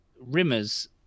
Rimmer's